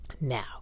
Now